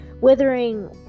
withering